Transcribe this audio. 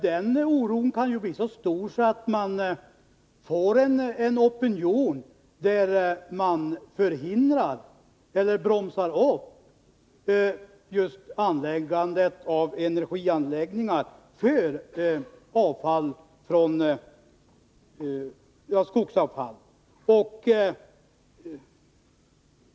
Den oron kan bli så stor att man får en opinion, som förhindrar eller bromsar upp just uppförandet av energianläggningar för skogsavfall.